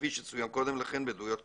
כפי שצוין קודם לכן בעדויות קודמות.